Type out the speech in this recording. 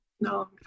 no